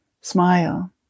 smile